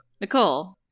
Nicole